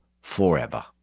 forever